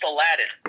Aladdin